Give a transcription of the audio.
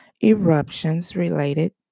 eruptions-related